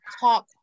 talk